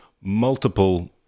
multiple